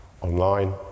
online